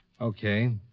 Okay